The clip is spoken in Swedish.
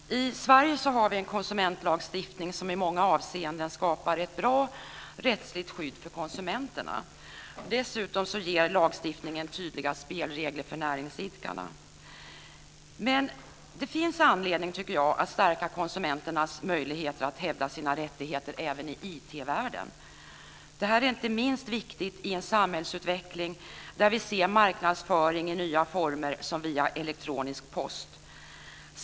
Fru talman! I Sverige har vi en konsumentlagstiftning som i många avseenden skapar ett bra rättsligt skydd för konsumenterna. Dessutom ger lagstiftningen tydliga spelregler för näringsidkarna. Men det finns anledning att stärka konsumenternas möjligheter att hävda sina rättigheter även i IT-världen. Det här är inte minst viktigt i en samhällsutveckling där vi ser marknadsföring i nya former, som via elektronisk post.